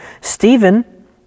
Stephen